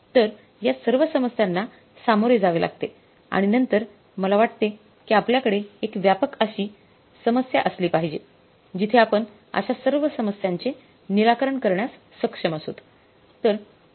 तर या सर्व समस्यांना सामोरे जावे लागते आणि नंतर मला वाटते की आपल्याकडे एक व्यापक अशी समस्या असली पाहिजे तिथे आपण अशा सर्व समस्यांचे निराकरण करण्यास सक्षम असुत